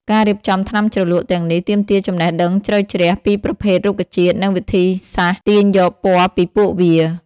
ការរៀបចំថ្នាំជ្រលក់ទាំងនេះទាមទារចំណេះដឹងជ្រៅជ្រះពីប្រភេទរុក្ខជាតិនិងវិធីសាស្ត្រទាញយកពណ៌ពីពួកវា។